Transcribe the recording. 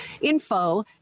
info